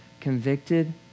convicted